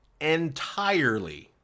entirely